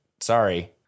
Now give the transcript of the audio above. Sorry